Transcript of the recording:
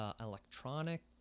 electronic